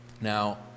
Now